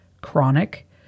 chronic